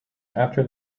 after